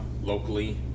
locally